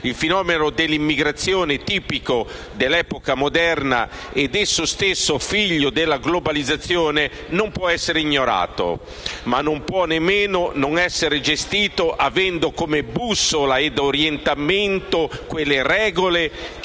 Il fenomeno dell'immigrazione, tipico dell'epoca moderna ed esso stesso figlio della globalizzazione, non può essere ignorato, ma non può nemmeno non essere gestito avendo come bussola ed orientamento quelle regole che